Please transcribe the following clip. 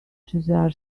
cesar